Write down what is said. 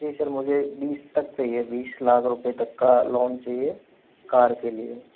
जी sir मुझे बीस तक चाहिए बीस लाख रुपये तक का लोन चाहिए कार के लिए